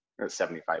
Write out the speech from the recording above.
75%